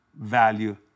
value